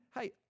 hey